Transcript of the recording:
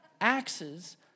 axes